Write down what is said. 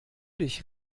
dich